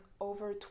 over